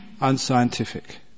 unscientific